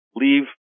Leave